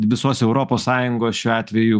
visos europos sąjungos šiuo atveju